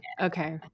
Okay